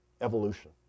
evolution